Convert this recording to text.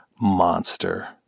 Monster